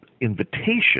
invitation